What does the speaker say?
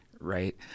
right